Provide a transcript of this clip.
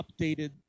updated